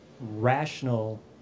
rational